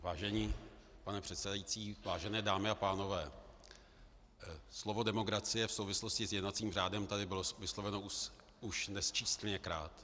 Vážený pane předsedající, vážené dámy a pánové, slovo demokracie v souvislosti s jednacím řádem tady bylo vysloveno už nesčíslněkrát.